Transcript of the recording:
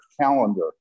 calendar